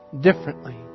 differently